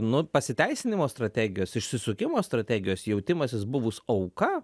nu pasiteisinimo strategijos išsisukimo strategijos jautimasis buvus auka